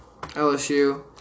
LSU